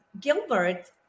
Gilbert